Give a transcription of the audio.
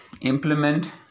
implement